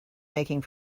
making